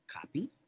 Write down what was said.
Copy